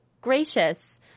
gracious